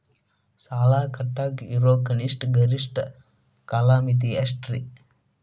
ಸಾಲ ಕಟ್ಟಾಕ ಇರೋ ಕನಿಷ್ಟ, ಗರಿಷ್ಠ ಕಾಲಮಿತಿ ಎಷ್ಟ್ರಿ?